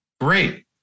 great